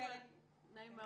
נעים מאוד.